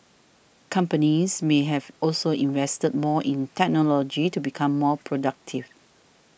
companies may have also invested more in technology to become more productive